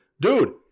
Dude